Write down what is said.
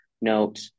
note